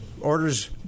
orders